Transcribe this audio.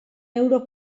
euro